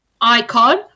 Icon